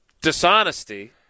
Dishonesty